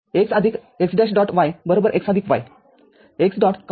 y x y x